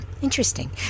interesting